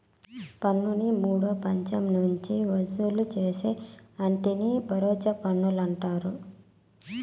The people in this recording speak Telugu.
పన్నుని మూడో పచ్చం నుంచి వసూలు చేస్తే ఆటిని పరోచ్ఛ పన్నులంటారు